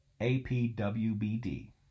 APWBD